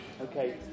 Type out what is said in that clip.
Okay